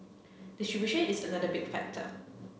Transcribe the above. distribution is another big factor